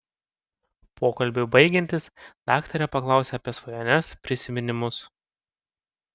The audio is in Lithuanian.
pokalbiui baigiantis daktarė paklausia apie svajones prisiminimus